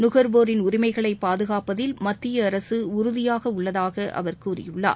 நுகர்வோரின் உரிமைகளை பாதுகாப்பதில் மத்திய அரசு உறுதியாக உள்ளதாக அவர் கூறியுள்ளார்